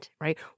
right